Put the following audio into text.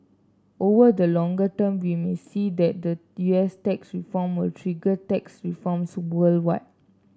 over the longer term we may see that the U S tax reform will trigger tax reforms worldwide